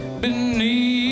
beneath